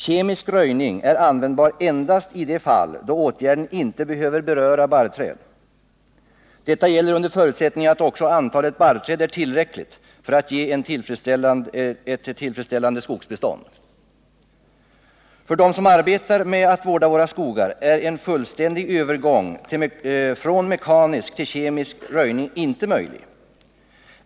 Kemisk röjning är användbar endast i de fall då åtgärden inte behöver beröra barrträd. Detta gäller under förutsättning att också antalet barrträd är tillräckligt för att ge ewt tillfredsställande skogsbestånd. För dem som arbetar med att vårda våra skogar är en fullständig övergång från mekanisk till kemisk röjning inte möjlig.